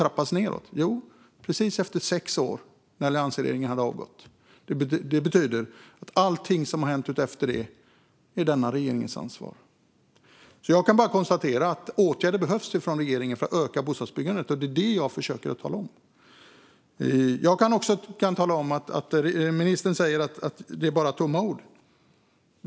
Jo, precis sex år efter att alliansregeringen avgått. Det betyder att allt som har hänt efter det är denna regerings ansvar. Det behövs åtgärder från regeringen för att öka bostadsbyggandet, och det är detta jag försöker tala om. Ministern säger att det är bara tomma ord.